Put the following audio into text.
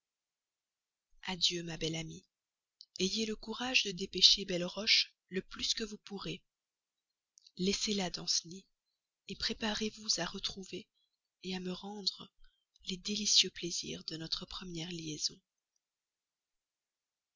adieu ma belle amie ayez le courage de dépêcher belleroche le plus que vous pourrez laissez là danceny préparez-vous à retrouver comme à me rendre les délicieux plaisirs de notre première liaison